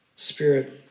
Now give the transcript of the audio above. Spirit